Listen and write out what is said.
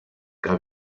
que